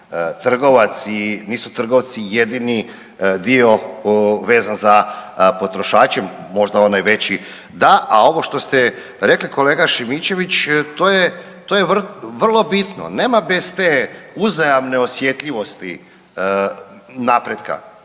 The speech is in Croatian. trgovci jedini dio vezan za potrošače. Možda onaj veći da, a ono što ste rekli kolega Šimičević to je vrlo bitno. Nema bez te uzajamne osjetljivosti napretka.